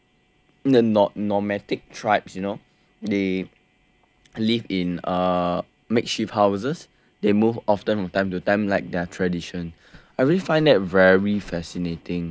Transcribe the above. the nod~ nomadic tribes you know they live in uh makeshift houses they move often from time to time like their tradition I really find that very fascinating